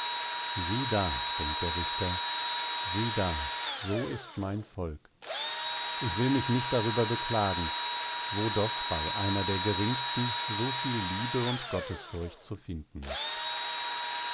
sieh da denkt der richter sieh da so ist mein volk ich will mich nicht darüber beklagen wo doch bei einer der geringsten so viel liebe und gottesfurcht zu finden ist